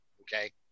Okay